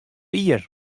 ier